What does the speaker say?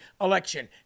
election